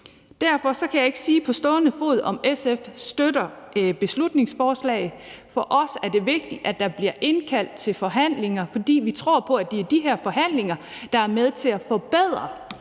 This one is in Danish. Derfor kan jeg ikke sige på stående fod, om SF støtter beslutningsforslaget. For os er det vigtigt, at der bliver indkaldt til forhandlinger, for vi tror på, at det er de her forhandlinger, der er med til at forbedre